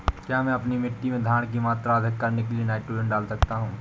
क्या मैं अपनी मिट्टी में धारण की मात्रा अधिक करने के लिए नाइट्रोजन डाल सकता हूँ?